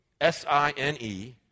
S-I-N-E